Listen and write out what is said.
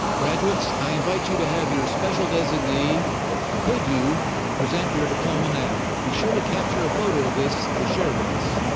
graduates, i invite you to have your special designee to hood you and present your diploma now. be sure to capture a photo of this to share with us.